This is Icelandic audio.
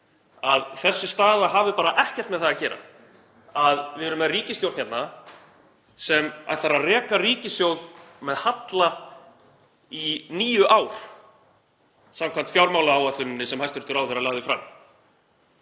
að þessi staða hafi bara ekkert með það að gera að við erum með ríkisstjórn hérna sem ætlar að reka ríkissjóð með halla í níu ár samkvæmt fjármálaáætluninni sem hæstv. ráðherra lagði fram?